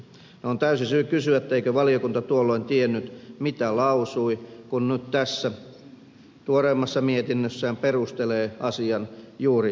on täysi syy kysyä että eikö valiokunta tuolloin tiennyt mitä lausui kun nyt tässä tuoreemmassa mietinnössään perustelee asian juuri päinvastoin